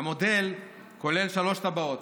המודל כולל שלוש טבעות: